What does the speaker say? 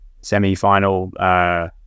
semi-final